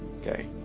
Okay